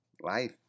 Life